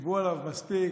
דיברו עליו מספיק,